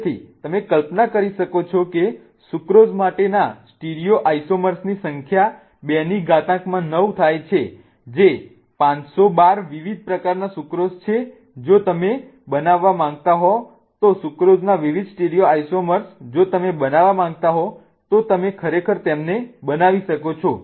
તેથી તમે કલ્પના કરી શકો છો કે સુક્રોઝ માટેના સ્ટીરિયોઆઈસોમર્સની સંખ્યા 2 ની ઘાતાંકમાં 9 થાય છે જે 512 વિવિધ પ્રકારના સુક્રોઝ છે જો તમે બનાવવા માંગતા હોવ તો સુક્રોઝના વિવિધ સ્ટીરિયોઆઈસોમર્સ જો તમે બનાવવા માંગતા હોવ તો તમે ખરેખર તેમને બનાવી શકો છો